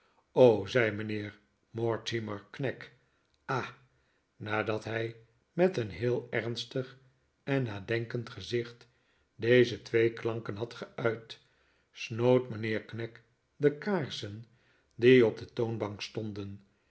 zei mijnheer mortimer knag ah nadat hij met een heel ernstig en nadenkend gezicht deze twee klanken had geuit snoot mijnheer knag de kaarsen die op de toonbank stonden